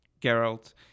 Geralt